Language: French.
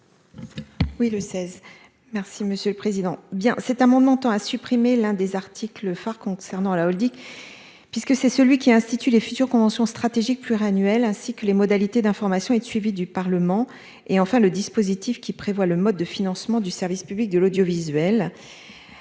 Oui le 16. Merci monsieur le président, bien cet amendement tend à supprimer l'un des articles phares concernant la Holding. Puisque c'est celui qui institut les futures conventions stratégique pluriannuel ainsi que les modalités d'information et de suivi du Parlement et enfin le dispositif qui prévoit le mode de financement du service public de l'audiovisuel.